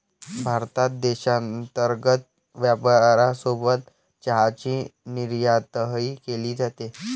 भारतात देशांतर्गत वापरासोबत चहाची निर्यातही केली जाते